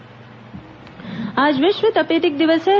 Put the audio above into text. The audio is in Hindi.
विश्व तपेदिक दिवस आज विश्व तपेदिक दिवस है